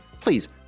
please